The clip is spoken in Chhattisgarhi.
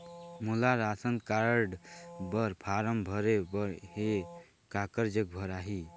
मोला राशन कारड बर फारम भरे बर हे काकर जग भराही?